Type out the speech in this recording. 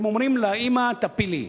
הם אומרים לאמא: תפילי,